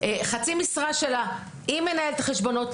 חצי משרה שלה עם מנהלת החשבונות,